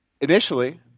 initially